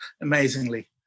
amazingly